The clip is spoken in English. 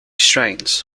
strains